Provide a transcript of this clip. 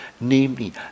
namely